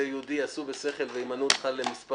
אז זה אומר לנו שיהיה תחרות מאוד קשה.